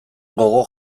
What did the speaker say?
gogo